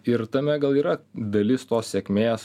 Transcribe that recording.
ir tame gal yra dalis tos sėkmės